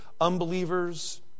unbelievers